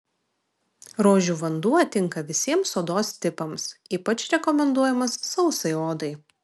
rožių vanduo tinka visiems odos tipams ypač rekomenduojamas sausai odai